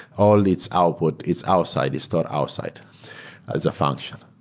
all its output is outside, is stored outside as a function.